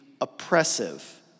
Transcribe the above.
oppressive